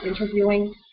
interviewing